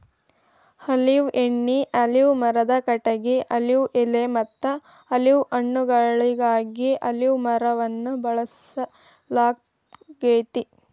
olive ಎಣ್ಣಿ, olive ಮರದ ಕಟಗಿ, ಆಲಿವ್ ಎಲೆಮತ್ತ ಆಲಿವ್ ಹಣ್ಣುಗಳಿಗಾಗಿ ಅಲಿವ್ ಮರವನ್ನ ಬೆಳಸಲಾಗ್ತೇತಿ